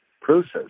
process